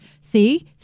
See